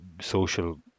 social